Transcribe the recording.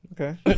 Okay